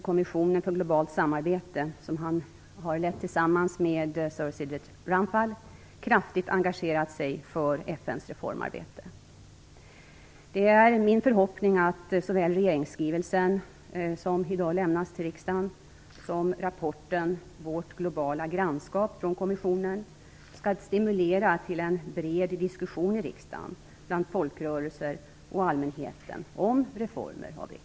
Kommissionen för globalt samarbete, som han har lett tillsammans med Sir Shirdath Ramphal, kraftigt engagerat sig för FN:s reformarbete. Det är min förhoppning att såväl regeringsskrivelsen, som i dag lämnas till riksdagen, som rapporten Vårt globala grannskap från kommissionen skall stimulera till en bred diskussion i riksdagen, bland folkrörelser och allmänheten om reformer av FN.